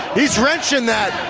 he's wrenching that,